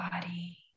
body